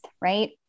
right